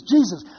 Jesus